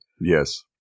Yes